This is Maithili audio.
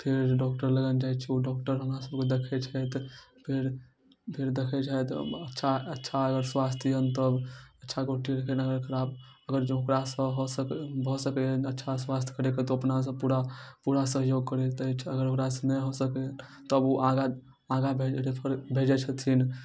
फेर डॉक्टरलग जाइ छी ओ डॉक्टर हमरासभके देखै छथि फेर फेर देखै छथि अच्छा अच्छा अगर स्वास्थ अइ तब अच्छा डॉक्टर जँ खराब अगर जँ ओकरासँ भऽ सकैए भऽ सकै अच्छा स्वास्थ करैके तऽ ओ अपनासँ पूरा पूरा सहयोग करैत अछि अगर ओकरासँ नहि हो सकै तब ओ आगाँ आगाँ भेजै रेफर भेजै छथिन